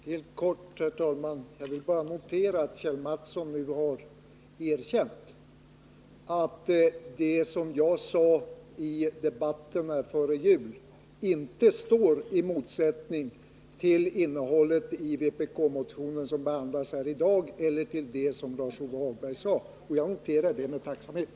Herr talman! Helt kort vill jag bara notera att Kjell Mattsson nu har erkänt att det som jag sade i debatten före jul inte står i motsättning till innehållet i den vpk-motion som behandlas i dag eller till det som Lars-Ove Hagberg sade. Jag noterar det med tacksamhet.